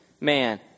man